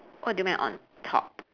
what do you mean on top